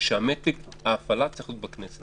שמתג ההפעלה צריך להיות בכנסת.